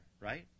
right